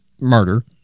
murder